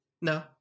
No